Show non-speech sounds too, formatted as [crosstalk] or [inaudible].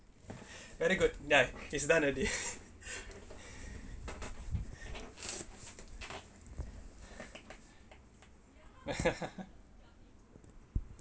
very good ya it's done already [breath] [laughs]